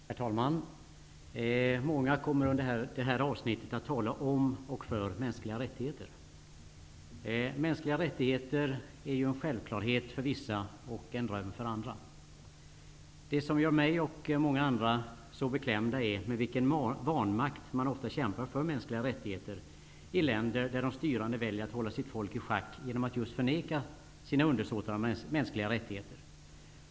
Herr talman! Många kommer under det här avsnittet att tala om och för mänskliga rättigheter. Mänskliga rättigheter är en självklarhet för vissa, en dröm för andra. Det som gör mig och många andra så beklämda är den vanmakt med vilken man ofta kämpar för mänskliga rättigheter i länder där de styrande väljer att hålla sitt folk i schack genom att just förneka sina undersåtar mänskliga rättigheter.